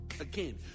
Again